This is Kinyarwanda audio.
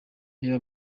reba